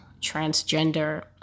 transgender